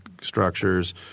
structures